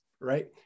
Right